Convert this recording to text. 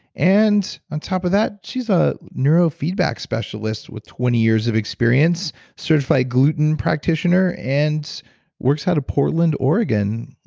and on top of that, she's a neurofeedback specialist with twenty years of experience. certified gluten practitioner, and works out of portland, oregon.